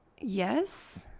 Yes